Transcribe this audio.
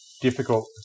difficult